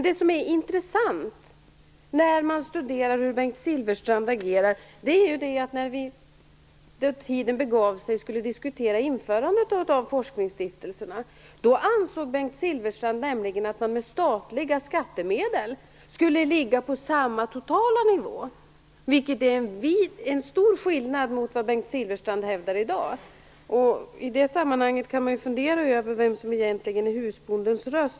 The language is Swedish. Det som är intressant när man studerar hur Bengt Silfverstrand agerar, är att när vi skulle diskutera införandet av forskningsstiftelserna så ansåg Bengt Silfverstrand att man med statliga skattemedel skulle ligga på samma totala nivå. Det är en stor skillnad jämfört med vad Bengt Silfverstrand hävdar i dag. I det sammanhanget kan man ju fundera över vem som egentligen är husbondens röst.